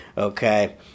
Okay